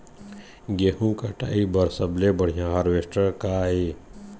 गेहूं कटाई बर सबले बढ़िया हारवेस्टर का ये?